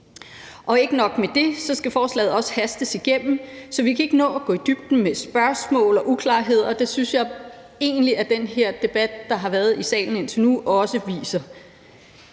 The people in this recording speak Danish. Ikke nok med det skal forslaget også hastes igennem, så vi kan ikke nå at gå i dybden med spørgsmål og uklarheder, og det synes jeg egentlig den her debat, der har været i salen indtil nu, også viser.